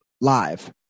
live